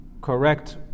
correct